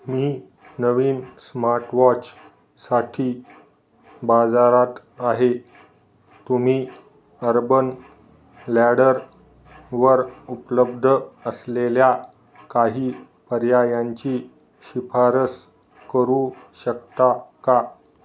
मी नवीन स्मार्टवॉचसाठी बाजारात आहे तुम्ही अर्बन लॅडरवर उपलब्ध असलेल्या काही पर्यायांची शिफारस करू शकता का